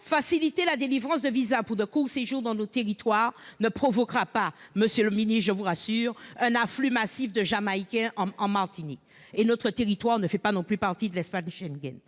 Faciliter la délivrance de visas pour des courts séjours dans notre territoire ne provoquera pas, je vous rassure, un afflux massif de Jamaïcains en Martinique ! Et notre territoire ne fait pas partie de l'espace Schengen.